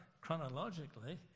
Chronologically